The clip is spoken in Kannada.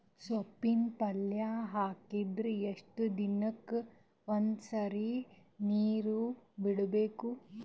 ಸೊಪ್ಪಿನ ಪಲ್ಯ ಹಾಕಿದರ ಎಷ್ಟು ದಿನಕ್ಕ ಒಂದ್ಸರಿ ನೀರು ಬಿಡಬೇಕು?